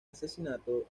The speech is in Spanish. asesinato